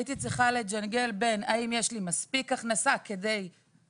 הייתי צריכה לג'נגל בין האם יש לי מספיק הכנסה מכבדת